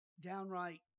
downright